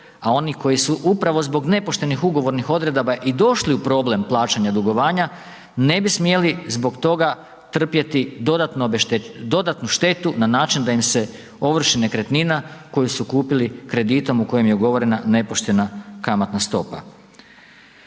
a oni koji su upravo zbog nepoštenih ugovornih odredaba i došli u problem plaćanja dugovanja, ne bi smjeli zbog toga trpjeti dodatnu štetu na način da im se ovrši nekretnina koju su kupili kreditom u kojem je ugovorena nepoštena kamatna stopa.